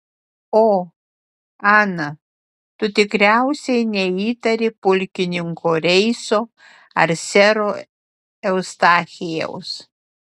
o ana tu tikriausiai neįtari pulkininko reiso ar sero eustachijaus